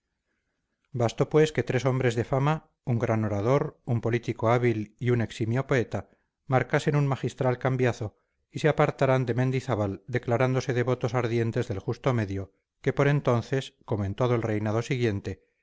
bastó pues que tres hombres de fama un gran orador un político hábil y un eximio poeta marcasen un magistral cambiazo y se apartaran de mendizábal declarándose devotos ardientes del justo medio que por entonces como en todo el reinado siguiente